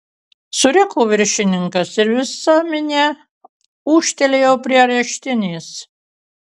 suriko viršininkas ir visa minia ūžtelėjo prie areštinės